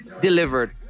delivered